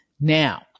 now